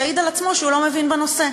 שהעיד על עצמו שהוא לא מבין בנושא.